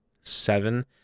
Seven